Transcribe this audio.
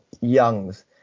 Young's